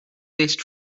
based